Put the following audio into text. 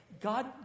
God